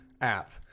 app